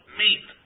meat